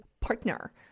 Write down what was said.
partner